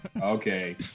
okay